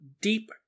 Deep